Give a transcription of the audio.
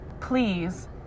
please